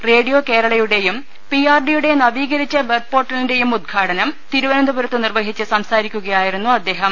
radio കേരളയുടെയും P R ഡിയുടെ നവീകരിച്ച വെബ് പോർട്ടലിന്റെയും ഉദ്ഘാടനം തിരുവനന്തപുരത്ത് നിർവഹിച്ച് സംസാരിക്കുകയായിരുന്നു അദ്ദേഹം